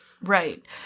Right